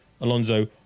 Alonso